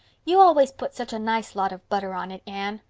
you always put such a nice lot of butter on it, anne.